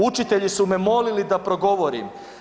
Učitelji su me molili da progovorim.